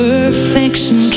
Perfection